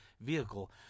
vehicle